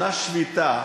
ישנה שביתה